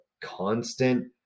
constant